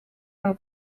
aba